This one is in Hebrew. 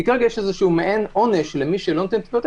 כי כרגע יש מעין עונש למי שלא נותן טביעות